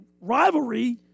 rivalry